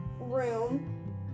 room